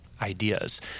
ideas